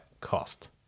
cost